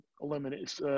eliminate